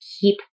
keep